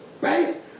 Right